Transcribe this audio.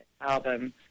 album